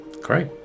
Great